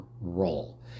role